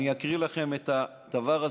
אני אקריא לכם את הדבר הזה,